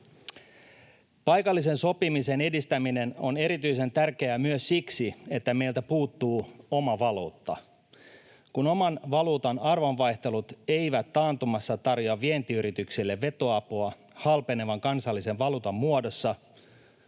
Paikallisen sopimisen edistäminen on erityisen tärkeää myös siksi, että meiltä puuttuu oma valuutta. Kun oman valuutan arvonvaihtelut eivät taantumassa tarjoa vientiyrityksille vetoapua halpenevan kansallisen valuutan muodossa,